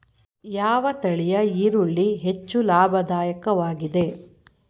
ಯಾವ ತಳಿಯ ಈರುಳ್ಳಿ ಹೆಚ್ಚು ಲಾಭದಾಯಕವಾಗಿದೆ?